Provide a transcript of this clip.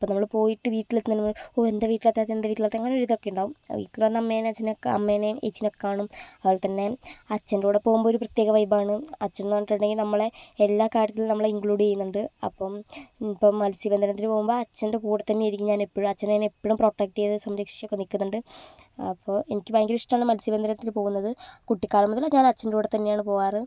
അപ്പോൾ നമ്മൾ പോയിട്ട് വീട്ടിലെത്തുന്നതിന് മുമ്പ് ഓ എന്താ വീട്ടിലെത്താത്തത് എന്താ വീട്ടിലെത്താത്തത് അങ്ങനെ ഒരു ഇതൊക്കെ ഉണ്ടാകും വീട്ടിൽവന്ന് അമ്മയെയും അച്ഛനെയൊക്കെ അമ്മയും ചേച്ചിയും ഒക്കെ കാണും അതുപോലെതന്നെ അച്ഛൻറെ കൂടെ പോകുമ്പോൾ ഒരു പ്രത്യേക വൈബ് ആണ് അച്ഛനെന്ന് പറഞ്ഞിട്ടുണ്ടെങ്കിൽ നമ്മളെ എല്ലാ കാര്യത്തിലും നമ്മളെ ഇൻക്ലൂഡ് ചെയ്യുന്നുണ്ട് അപ്പം ഇപ്പം മത്സ്യ ബന്ധനത്തിന് പോകുമ്പോൾ അച്ഛൻ്റെ കൂടെ തന്നെയായിരിക്കും ഞാൻ എപ്പോഴും അച്ഛൻ എന്നെ എപ്പോഴും പ്രൊട്ടക്ട് ചെയ്ത് സംരക്ഷിച്ചൊക്കെ നിൽക്കുന്നുണ്ട് അപ്പോൾ എനിക്ക് ഭയങ്കര ഇഷ്ടമാണ് മത്സ്യബന്ധനത്തിന് പോകുന്നത് കുട്ടിക്കാലം മുതലേ ഞാൻ അച്ഛൻ്റെ കൂടെ തന്നെയാണ് പോകാറ്